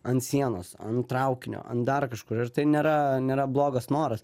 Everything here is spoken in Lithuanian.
an sienos an traukinio an dar kažkur ir tai nėra nėra blogas noras